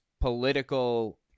political